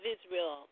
Israel